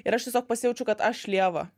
ir aš tiesiog pasijaučiau kad aš lieva